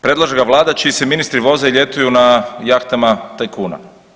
Predlaže ga Vlada čiji se Ministri voze i ljetuju na jahtama tajkuna.